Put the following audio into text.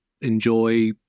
enjoy